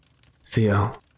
Theo